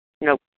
Nope